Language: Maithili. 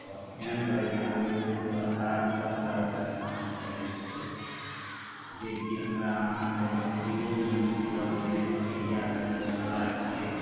आओर केहन बढ़िऑं रौद बसात सबटा ओकरा सहन करै छै जेकि हमरा अहाँके देखैयोमे नीक लगैया चिड़ियाके घोसला छियै